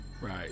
Right